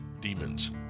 demons